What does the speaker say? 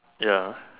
ya